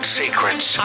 secrets